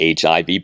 HIV